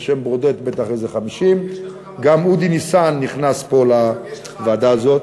על שם ברודט בטח איזה 50. גם אודי ניסן נכנס פה לוועדה הזאת.